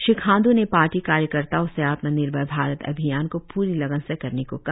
श्री खांडू ने पार्टी कार्यकर्ताओ से आत्म निर्भर भारत अभियान को प्री लगन से करने को कहा